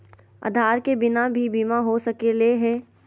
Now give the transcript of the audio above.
आधार के बिना भी बीमा हो सकले है?